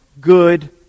good